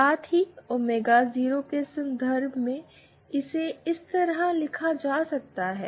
साथ ही ओमेगा 0 के संदर्भ में भी इसे इस तरह लिखा जा सकता है